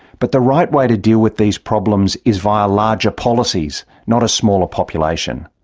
but the right way to deal with these problems is via larger policies, not a smaller population.